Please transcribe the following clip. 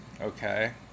okay